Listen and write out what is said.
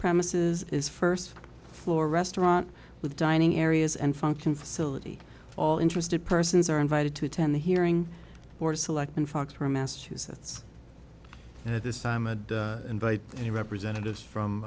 premises is first floor restaurant with dining areas and function facility all interested persons are invited to attend the hearing or select in foxboro massachusetts at this time i'd invite any representatives from